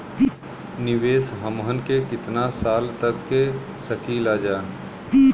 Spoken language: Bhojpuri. निवेश हमहन के कितना साल तक के सकीलाजा?